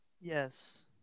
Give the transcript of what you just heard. Yes